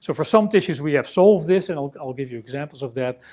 so for some tissues, we have solved this, and i'll i'll give you examples of that.